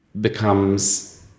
becomes